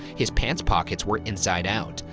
his pants pockets were inside out,